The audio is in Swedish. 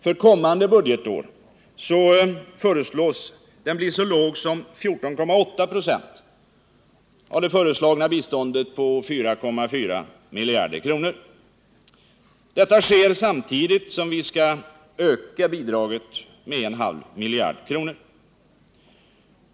För kommande budgetår avses den bli så låg som 14,8 96 av det föreslagna biståndet på 4,4 miljarder kronor. Detta sker samtidigt som vi skall öka bidraget med en halv miljard kronor.